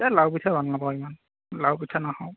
এ লাৰু পিঠা ভাল নাপাওঁ ইমান লাৰু পিঠা নাখাওঁ